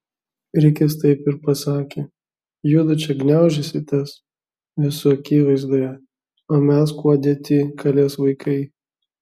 rikis taip ir pasakė judu čia gniaužysitės visų akivaizdoje o mes kuo dėti kalės vaikai